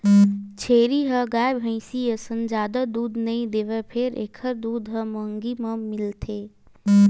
छेरी ह गाय, भइसी असन जादा दूद नइ देवय फेर एखर दूद ह महंगी म मिलथे